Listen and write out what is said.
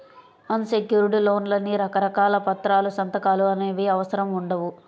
అన్ secured లోన్లకి రకరకాల పత్రాలు, సంతకాలు అనేవి అవసరం ఉండవు